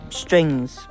strings